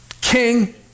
King